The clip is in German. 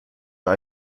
bei